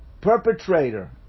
perpetrator